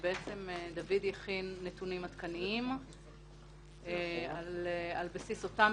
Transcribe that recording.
דוד הכין נתונים עדכניים על בסיס אותם